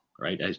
right